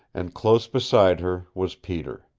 and close beside her was peter.